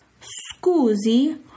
Scusi